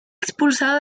expulsado